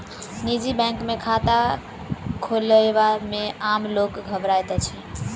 निजी बैंक मे खाता खोलयबा मे आम लोक घबराइत अछि